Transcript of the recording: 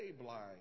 blind